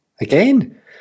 Again